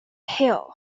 hill